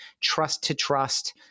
trust-to-trust